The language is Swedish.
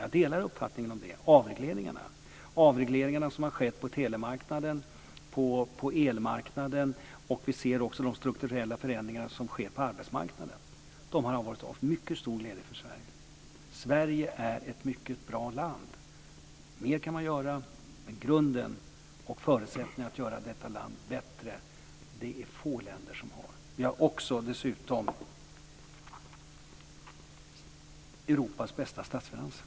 Jag delar uppfattningen om de avregleringar som har skett på tele och elmarknaden. Vi kan dessutom se de strukturella förändringar som sker på arbetsmarknaden. De har varit till mycket stor glädje för Sverige. Sverige är ett mycket bra land. Man kan göra mer, men en sådan grund och sådana förutsättningar att göra landet bättre är det få länder som har. Vi har dessutom Europas bästa statsfinanser.